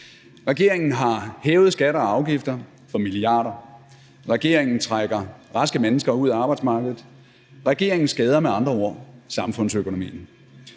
Regeringen har hævet skatter og afgifter for milliarder. Regeringen trækker raske mennesker ud af arbejdsmarkedet. Regeringen skader med andre ord samfundsøkonomien.